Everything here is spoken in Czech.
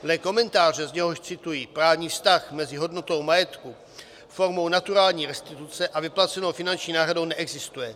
Dle komentáře, z něhož cituji, právní vztah mezi hodnotou majetku, formou naturální restituce a vyplacenou finanční náhradou neexistuje.